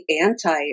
anti